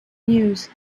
news